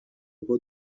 پات